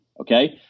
Okay